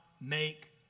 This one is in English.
make